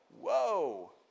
whoa